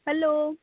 hello